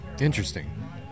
Interesting